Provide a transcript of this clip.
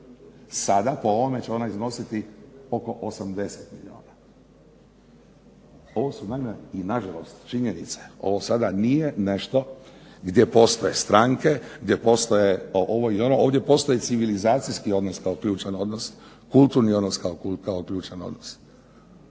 Sada po ovome će ona iznositi oko 80 milijuna. Ovo su naime i nažalost činjenice, ovo sada nije nešto gdje postoje stranke, gdje postoje ovo ili ono ovdje postoji civilizacijski odnosno ključan odnos, kulturni odnos kao ključan odnos.